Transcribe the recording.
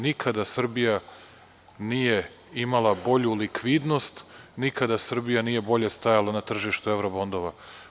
Nikada Srbija nije imala bolju likvidnost, nikada Srbija nije bolje stajala na tržištu evrobondova.